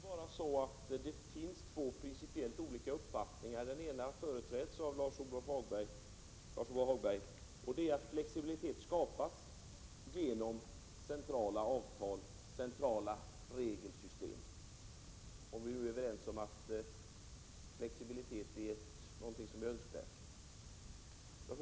Herr talman! Det finns två principiellt olika uppfattningar av vilka den ena företräds av Lars-Ove Hagberg. Han anser att flexibilitet skapas genom centrala avtal och centrala regelsystem. Att flexibilitet är önskvärd tycks vi vara överens om.